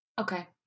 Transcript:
Okay